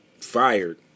fired